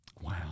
Wow